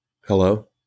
Hello